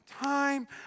time